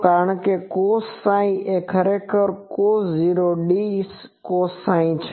કારણ કે cosψ એ ખરેખર k0d cosψ છે